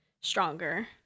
stronger